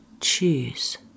choose